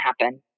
happen